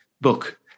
Book